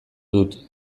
dut